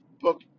book